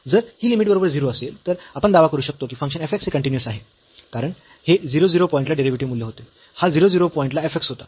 जर ही लिमिट बरोबर 0 असेल तर आपण दावा करू शकतो की फंक्शन f x हे कन्टीन्यूअस आहे कारण हे 0 0 पॉईंट ला डेरिव्हेटिव्ह मूल्य होते हा 0 0 पॉईंट ला f x होता